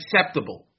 acceptable